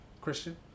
Christian